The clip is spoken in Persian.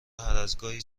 هرازگاهی